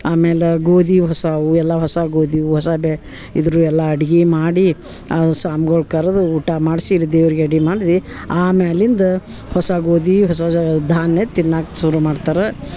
ಆಮೇಲೆ ಗೋಧಿ ಹೊಸವು ಎಲ್ಲ ಹೊಸ ಗೋಧಿ ಹೊಸ ಬೇ ಇದು ಎಲ್ಲ ಅಡ್ಗೆ ಮಾಡಿ ಸ್ವಾಮ್ಗಳು ಕರೆದು ಊಟ ಮಾಡಿಸಿ ಇಲ್ಲ ದೇವ್ರ್ಗೆ ಎಡೆ ಮಾಡಿ ಆಮೇಲಿಂದ ಹೊಸ ಗೋಧಿ ಹೊಸ ಜ ಧಾನ್ಯ ತಿನ್ನಕ್ಕೆ ಶುರು ಮಾಡ್ತಾರೆ